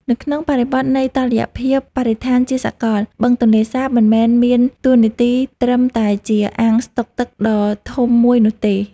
នៅក្នុងបរិបទនៃតុល្យភាពបរិស្ថានជាសកល បឹងទន្លេសាបមិនមែនមានតួនាទីត្រឹមតែជាអាងស្តុកទឹកដ៏ធំមួយនោះទេ។